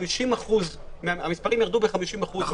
המספרים ירדו ב-50%.